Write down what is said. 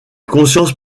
conscience